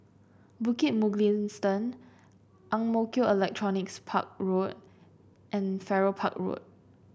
Bukit Mugliston Ang Mo Kio Electronics Park Road and Farrer Park Road